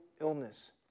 illness